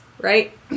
right